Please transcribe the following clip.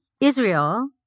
Israel